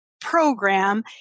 program